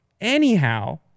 anyhow